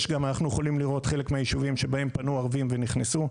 אנחנו יכולים לראות חלק מהיישובים שבהם פנו ערבים ונכנסו,